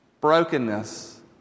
brokenness